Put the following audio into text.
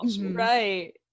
Right